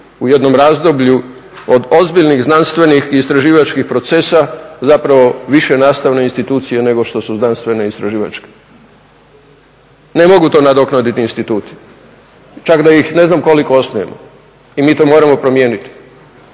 u jednom razdoblju od ozbiljnih znanstvenih i istraživačkih procesa zapravo više nastavne institucije nego što su znanstveno-istraživačke. Ne mogu to nadoknaditi instituti, čak da ih ne znam koliko osnujemo i mi to moramo promijeniti.